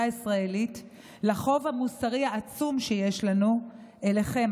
הישראלית לחוב המוסרי העצום שיש לנו אליכם,